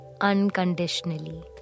unconditionally